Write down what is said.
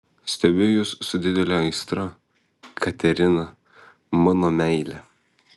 stebiu jus su didele aistra katerina mano meile